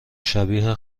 شبیه